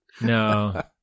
No